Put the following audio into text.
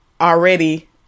already